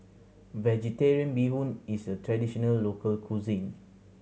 Vegetarian Bee Hoon is a traditional local cuisine